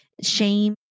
shame